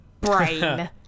brain